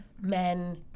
men